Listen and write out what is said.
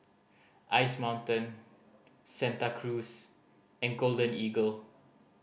Ice Mountain Santa Cruz and Golden Eagle